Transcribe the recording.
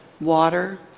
water